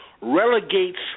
relegates